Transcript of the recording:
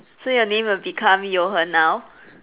so your name will become Jochen now